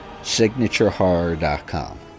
SignatureHorror.com